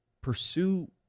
pursue